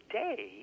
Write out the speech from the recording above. day